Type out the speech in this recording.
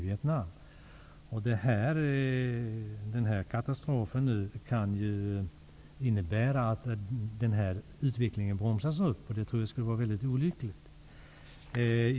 Denna katastrof kan innebära att denna utveckling bromsas upp, och det tror jag skulle vara mycket olyckligt.